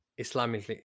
Islamically